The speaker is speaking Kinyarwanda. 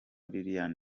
liliane